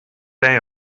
day